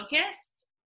focused